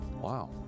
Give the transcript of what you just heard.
Wow